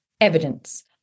evidence